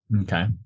Okay